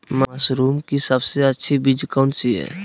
Mushroom की सबसे अच्छी बीज कौन सी है?